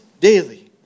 daily